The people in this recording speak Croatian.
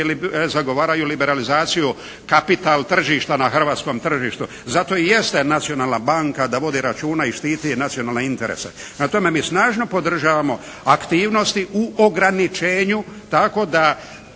zagovaraju liberalizaciju kapital tržišta na hrvatskom tržištu. Zato i jeste nacionalna banka da vodi računa i štiti nacionalne interese. Prema tome mi snažno podržavamo aktivnosti u ograničenju tako da